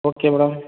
okay madam